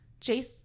Jace